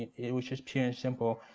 it was just pure and simple.